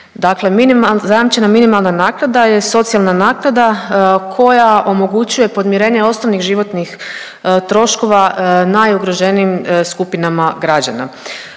zajamčena minimalna naknada je socijalna naknada koja omogućuje podmirenje osnovnih životnih troškova najugroženijim skupinama građana.